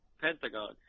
Pentagon